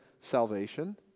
salvation